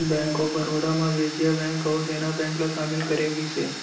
bank of Baroda म Vijaya bank अउ Dena bank ल सामिल करे गिस हे